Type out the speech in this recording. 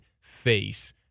face